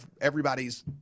everybody's